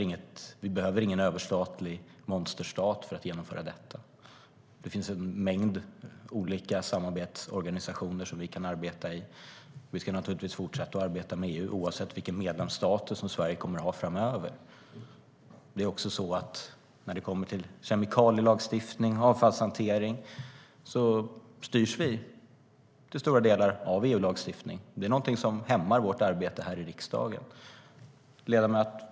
Men vi behöver ingen överstatlig monsterstat för att genomföra detta. Det finns en mängd olika samarbetsorganisationer som vi kan arbeta i. Vi ska naturligtvis fortsätta att arbeta med EU oavsett vilken medlemsstatus som Sverige kommer att ha framöver. När det kommer till kemikalielagstiftning och avfallshantering styrs vi till stora delar av EU-lagstiftning. Det är någonting som hämmar vårt arbete här i riksdagen.